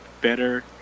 better